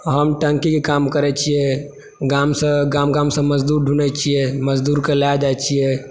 हम टंकीके काम करै छियै गाम सॅं गाम गाम सॅं मज़दूर ढूँढै छियै मज़दूर के लए जाइ छियै